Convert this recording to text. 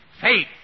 faith